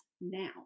now